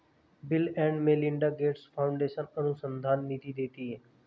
bill and Melinda Gates Foundation अनुसंधान निधि देती है